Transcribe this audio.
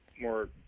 more